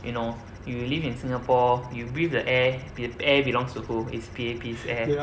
you know you live in Singapore you breathe the air the air belongs to who is P_A_P's air